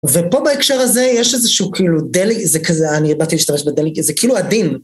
ופה בהקשר הזה יש איזשהו כאילו דלי..., זה כזה, אני באתי להשתמש בדלי..., זה כאילו הדין.